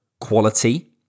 quality